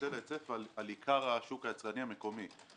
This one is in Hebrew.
היטל ההיצף על עיקר השוק היצרני המקומי.